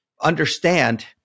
understand